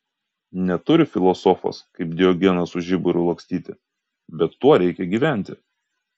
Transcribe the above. neturi filosofas kaip diogenas su žiburiu lakstyti bet tuo reikia gyventi